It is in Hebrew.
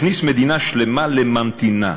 הכניס מדינה שלמה לממתינה.